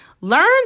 Learn